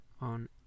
on